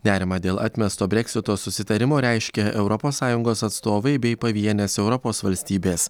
nerimą dėl atmesto breksito susitarimo reiškia europos sąjungos atstovai bei pavienės europos valstybės